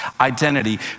identity